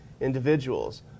individuals